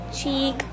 cheek